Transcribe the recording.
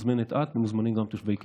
מוזמנת את ומוזמנים גם תושבי קיסריה.